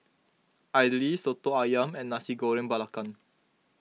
Idly Soto Ayam and Nasi Goreng Belacan